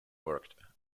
worked